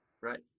Right